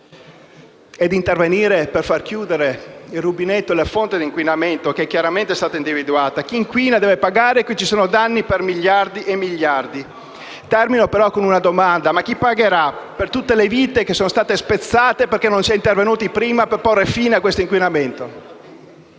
e di intervenire per far chiudere la fonte dell'inquinamento che è stata chiaramente individuata. Chi inquina deve pagare e qui ci sono danni per miliardi e miliardi. Termino, però, con una domanda: chi pagherà per tutte le vite che sono state spezzate perché non si è intervenuti prima per porre fine a questo inquinamento?